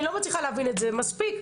אני לא מצליחה להבין את זה, מספיק.